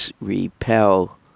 repel